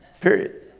Period